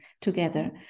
together